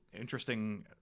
interesting